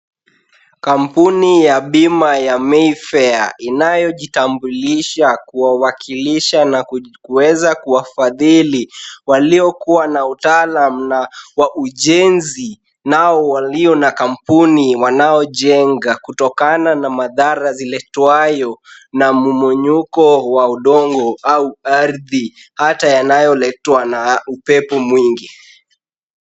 Kampuni ya bima ya Mayfair inayojitambulisha kuwawakilisha na kuweza kuwafadhili waliokuwa na utaalam na wa ujenzi nao walio na kampuni wanaojenga kutokana na madhara ziletwayo na mmomonyoko wa udongo au ardhi hata yanayoletwa na upepo mwingi.